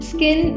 Skin